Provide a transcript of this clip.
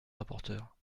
rapporteure